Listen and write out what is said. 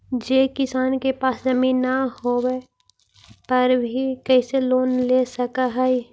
जे किसान के पास जमीन न होवे पर भी कैसे लोन ले सक हइ?